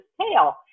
tail